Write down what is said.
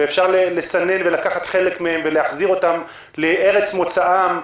ואפשר לסנן ולקחת חלק מהם ולהחזיר אותם לארץ מוצאם.